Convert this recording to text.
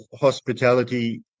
hospitality